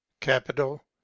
capital